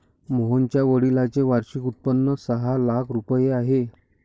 मोहनच्या वडिलांचे वार्षिक उत्पन्न सहा लाख रुपये आहे